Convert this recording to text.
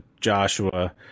Joshua